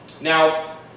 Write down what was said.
Now